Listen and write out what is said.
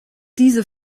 diese